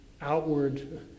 outward